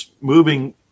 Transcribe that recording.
moving